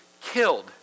killed